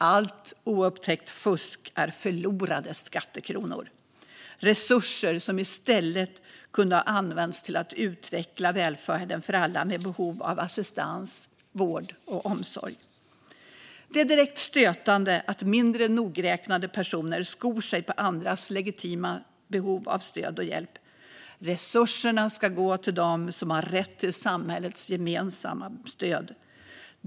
Allt oupptäckt fusk är förlorade skattekronor och resurser som i stället kunde ha använts till att utveckla välfärden för alla med behov av assistans, vård och omsorg. Det är direkt stötande att mindre nogräknade personer skor sig på andras legitima behov av stöd och hjälp. Resurserna ska gå till dem som har rätt till samhällets gemensamma stöd.